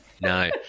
no